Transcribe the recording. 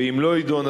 ואם לא יידון,